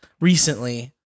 Recently